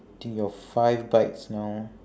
eating your five bites now